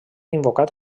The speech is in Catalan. invocat